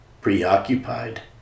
preoccupied